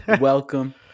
welcome